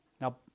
Now